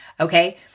Okay